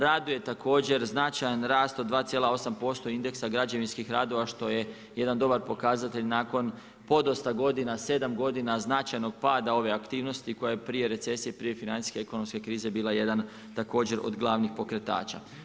Raduje također značajan rast od 2,8% indeksa građevinskih radova što je jedan dobar pokazatelj nakon podosta godina, 7 godina, značajnog pada ove aktivnosti koja je prije recesije, prije financijske ekonomske krize bila jedan također od glavnih pokretača.